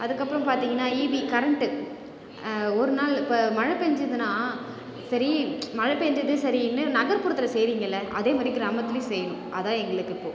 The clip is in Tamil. அதுக்கப்புறம் பார்த்திங்கன்னா இபி கரண்ட்டு ஒரு நாள் இப்போ மழை பெஞ்சுதுன்னா சரி மழை பெஞ்சது சரின்னு நகர்ப்புறத்தில் செய்கிறீங்கள்ல அதேமாதி ரி கிராமத்துலேயும் செய்யணும் அதுதான் எங்களுக்கு இப்போது